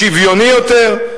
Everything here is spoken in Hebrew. שוויוני יותר.